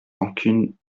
rancunes